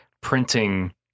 printing